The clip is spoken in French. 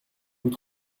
vous